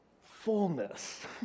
fullness